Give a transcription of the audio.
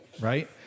right